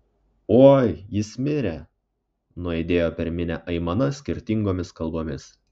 oi jis mirė nuaidėjo per minią aimana skirtingomis kalbomis